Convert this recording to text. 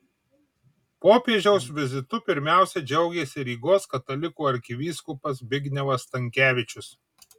popiežiaus vizitu pirmiausia džiaugėsi rygos katalikų arkivyskupas zbignevas stankevičius